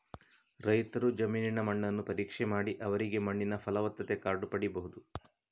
ರೈತರ ಜಮೀನಿನ ಮಣ್ಣನ್ನು ಪರೀಕ್ಷೆ ಮಾಡಿ ಅವರಿಗೆ ಮಣ್ಣಿನ ಫಲವತ್ತತೆ ಕಾರ್ಡು ಪಡೀಬಹುದು